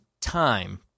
time